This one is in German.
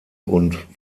und